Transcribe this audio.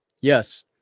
Yes